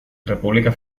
república